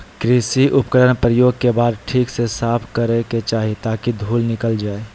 कृषि उपकरण प्रयोग के बाद ठीक से साफ करै के चाही ताकि धुल निकल जाय